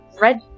red